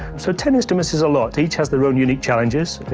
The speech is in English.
so ten instruments is a lot. each has their own, unique challenges,